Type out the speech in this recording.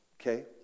okay